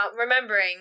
remembering